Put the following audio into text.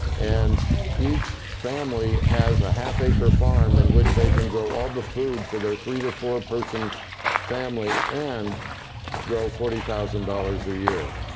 and each family has a half-acre farm in which they can grow all the food for their three to four-person family and grow forty thousand dollars a year